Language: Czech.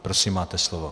Prosím, máte slovo.